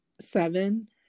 seven